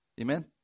Amen